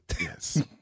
yes